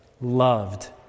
loved